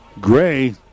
Gray